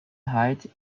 hide